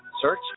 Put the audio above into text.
Search